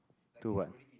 to what